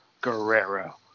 Guerrero